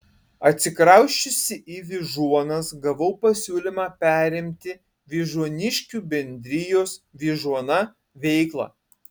atsikrausčiusi į vyžuonas gavau pasiūlymą perimti vyžuoniškių bendrijos vyžuona veiklą